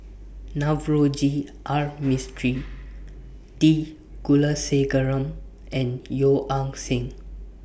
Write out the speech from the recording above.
Navroji R Mistri T Kulasekaram and Yeo Ah Seng